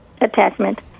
attachment